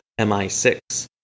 MI6